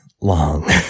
long